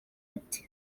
ati